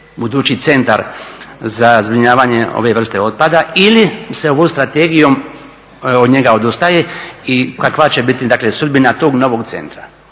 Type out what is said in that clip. budući centar za zbrinjavanje ove vrste otpada. Ili se ovom strategijom od njega odustaje i kakva će biti, dakle sudbina tog novog centra.